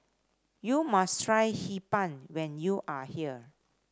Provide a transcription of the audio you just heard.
you must try Hee Pan when you are here